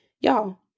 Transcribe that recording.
Y'all